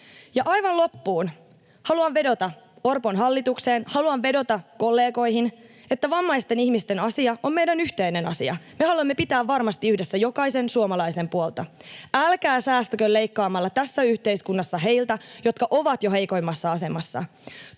Ja aivan loppuun haluan vedota Orpon hallitukseen, haluan vedota kollegoihin, että vammaisten ihmisten asia on meidän yhteinen asiamme. Me haluamme pitää varmasti yhdessä jokaisen suomalaisen puolta. Älkää säästäkö leikkaamalla tässä yhteiskunnassa heiltä, jotka ovat jo heikoimmassa asemassa.